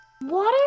Water